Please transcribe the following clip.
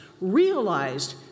realized